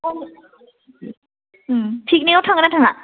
ओम पिकनिकाव थांगोन ना थाङा